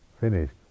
finished